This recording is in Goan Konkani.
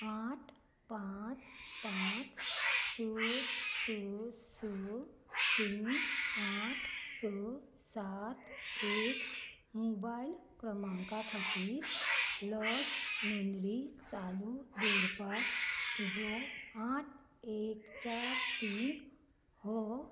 आठ पांच पांच स स स शुन्य आठ स सात एक मोबायल क्रमांका खातीर लस नोंदणी चालू दवरपाक तुजो आठ एक चार तीन हो